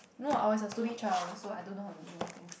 no I was a stupid child so I don't know how to do a lot of things